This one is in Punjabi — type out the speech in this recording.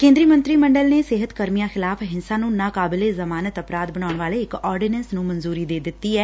ਕੇਦਰੀ ਮੰਡਰੀ ਮੰਡਲ ਨੇ ਸਿਹਤ ਕਰਮੀਆ ਖਿਲਾਫ਼ ਹਿੰਸਾ ਨੂੰ ਨਾ ਕਾਬਿਲੇ ਜ਼ਮਾਨਤ ਅਪਰਾਧ ਬਣਾਊਣ ਵਾਲੇ ਇਕ ਆਰਡੀਨੈਂਸ ਨੂੰ ਮਨਜੂਰੀ ਦੇ ਦਿੱਤੀ ਐ